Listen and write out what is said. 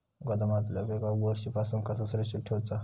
गोदामातल्या पिकाक बुरशी पासून कसा सुरक्षित ठेऊचा?